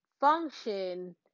function